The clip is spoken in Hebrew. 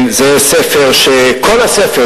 כל הספר,